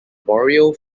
boreal